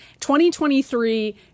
2023